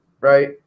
right